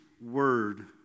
word